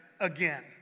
again